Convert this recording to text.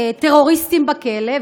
לטרוריסטים בכלא,